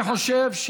אני חושב,